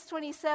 27